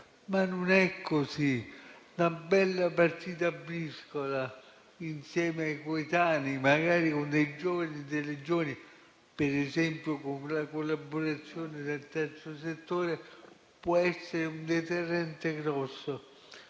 ma non è così. Una bella partita a briscola insieme ai coetanei, magari anche a dei giovani e delle giovani, per esempio con la collaborazione del terzo settore, può essere un grande deterrente contro